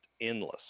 endless